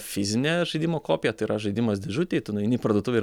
fizinė žaidimo kopija tai yra žaidimas dėžutėj tu nueini į parduotuvę ir